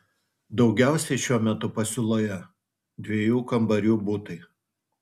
daugiausiai šiuo metu pasiūloje dviejų kambarių butai